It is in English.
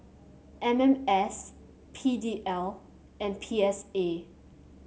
M M S P D L and P S A